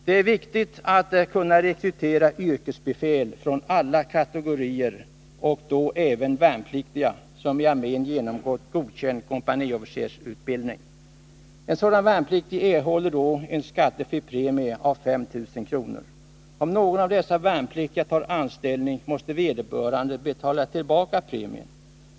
Det är viktigt att kunna rekrytera yrkesbefäl från alla kategorier, även kategorin värnpliktiga som i armén genomgått godkänd kompaniofficersutbildning. En sådan värnpliktig erhåller en skattefri premie på 5 000 kr. Om någon av dessa värnpliktiga tar anställning, måste vederbörande betala tillbaka premien.